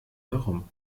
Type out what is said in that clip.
herum